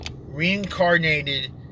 Reincarnated